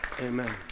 Amen